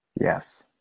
Yes